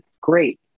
great